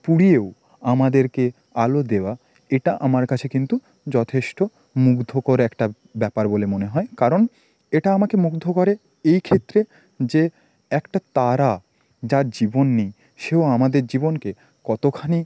পুড়িয়েও আমাদেরকে আলো দেওয়া এটা আমার কাছে কিন্তু যথেষ্ট মুগ্ধকর একটা ব্যাপার বলে মনে হয় কারণ এটা আমাকে মুগ্ধ করে এই ক্ষেত্রে যে একটা তারা যার জীবন নেই সেও আমাদের জীবনকে কতখানি